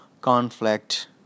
Conflict